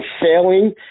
failing